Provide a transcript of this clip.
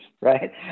right